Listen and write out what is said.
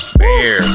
bear